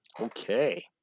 Okay